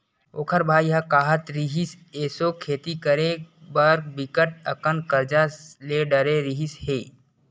ओखर बाई ह काहत रिहिस, एसो खेती करे बर बिकट अकन करजा ले डरे रिहिस हे